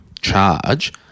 charge